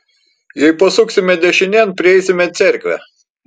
jei pasuksime dešinėn prieisime cerkvę